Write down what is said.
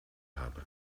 habe